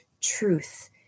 truth